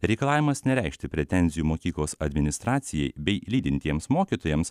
reikalavimas nereikšti pretenzijų mokyklos administracijai bei lydintiems mokytojams